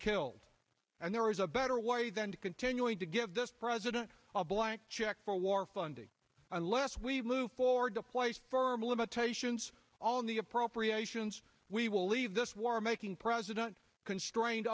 killed and there is a better way than continuing to give this president of blank check for war funding unless we lose forward to fight for limitations on the appropriations we will leave this war making president constrained